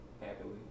happily